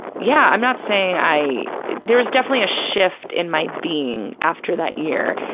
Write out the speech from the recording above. yeah, i'm not saying i, there was definitely a shift in my being after that year,